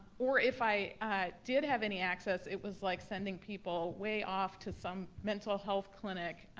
or if i did have any access, it was like sending people way off to some mental health clinic.